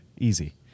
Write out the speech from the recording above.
Easy